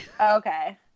okay